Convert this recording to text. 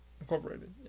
Incorporated